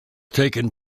taken